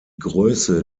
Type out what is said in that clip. größe